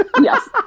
Yes